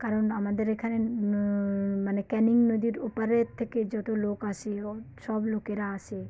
কারণ আমাদের এখানে মানে ক্যানিং নদীর ওপারের থেকে যত লোক আসে ও সব লোকেরা আসে